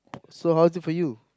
so how is it for you